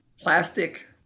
plastic